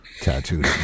tattooed